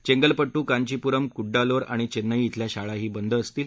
चेंगलपडू कांचीपुरम् कुङ्डालोर आणि चेन्नई क्रिल्या शाळाही बंद असतील